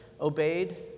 obeyed